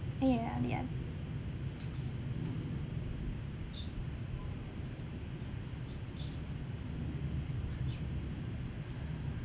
ya I am I am